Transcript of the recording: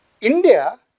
India